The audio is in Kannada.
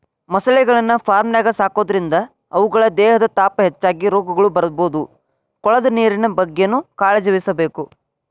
ಮೊಸಳೆಗಳನ್ನ ಫಾರ್ಮ್ನ್ಯಾಗ ಸಾಕೋದ್ರಿಂದ ಅವುಗಳ ದೇಹದ ತಾಪ ಹೆಚ್ಚಾಗಿ ರೋಗಗಳು ಬರ್ಬೋದು ಕೊಳದ ನೇರಿನ ಬಗ್ಗೆನೂ ಕಾಳಜಿವಹಿಸಬೇಕು